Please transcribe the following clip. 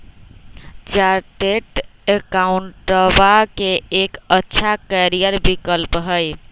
chartered अकाउंटेंटवा के एक अच्छा करियर विकल्प हई